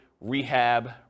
rehab